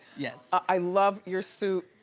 yeah i love your suit,